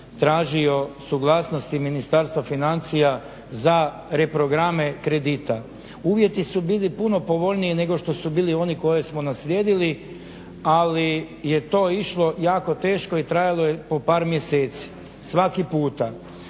tražio suglasnosti Ministarstva financija za reprograme kredita. Uvjeti su bili puno povoljniji nego što su bili oni koje smo naslijedili, ali je to išlo jako teško i trajalo je po par mjeseci svaki puta.